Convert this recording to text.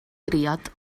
briod